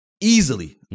Easily